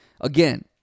again